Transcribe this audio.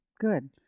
good